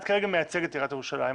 את כרגע מייצגת את עיריית ירושלים.